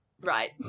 right